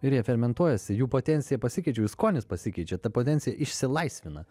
ir jie fermentuojasi jų potencija pasikeičia jų skonis pasikeičia ta potencija išsilaisvina